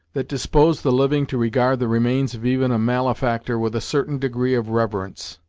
that dispose the living to regard the remains of even a malefactor with a certain degree of reverence.